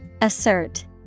Assert